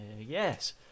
Yes